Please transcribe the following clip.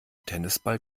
tennisball